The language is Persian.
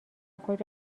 خود